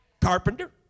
Carpenter